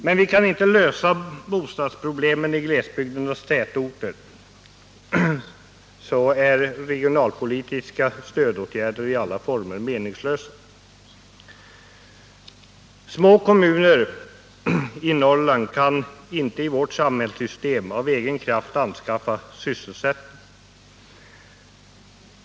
Men kan vi inte lösa bostadsproblemen i glesbygdernas tätorter är regionalpolitiska stödåtgärder i alla former meningslösa. Små kommuner i Norrland kan i vårt samhällssystem inte av egen kraft anskaffa sysselsättning.